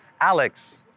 Alex